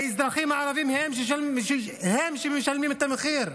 והאזרחים הערבים הם שמשלמים את המחיר,